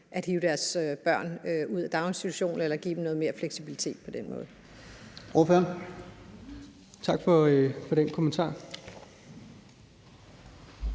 at hive deres børn ud af daginstitution eller give noget mere fleksibilitet